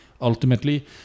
ultimately